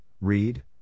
read